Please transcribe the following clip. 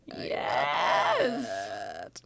Yes